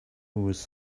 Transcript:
was